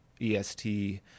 est